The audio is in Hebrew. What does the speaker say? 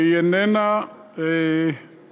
והיא איננה במשרדנו.